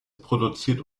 produziert